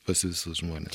pas visus žmones